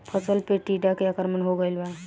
फसल पे टीडा के आक्रमण हो गइल बा?